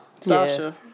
Sasha